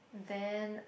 then